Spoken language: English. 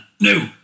No